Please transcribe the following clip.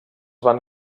van